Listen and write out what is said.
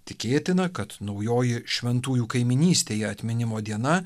tikėtina kad naujoji šventųjų kaimynystėje atminimo diena